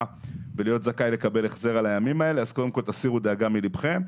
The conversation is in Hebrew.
ולהיות זכאי לקבל החזר על הימים האלה אז הסירו דאגה מלבכם.